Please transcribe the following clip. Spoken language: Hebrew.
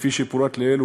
כפי שפורט לעיל,